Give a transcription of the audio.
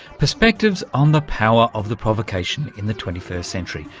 perspectives on the power of the provocation in the twenty first century,